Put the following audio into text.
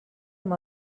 amb